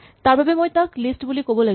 তাৰবাবে মই তাক লিষ্ট বুলি ক'ব লাগিব